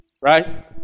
right